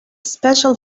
special